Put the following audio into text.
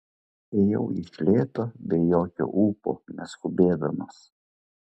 ėjau iš lėto be jokio ūpo neskubėdamas